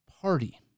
party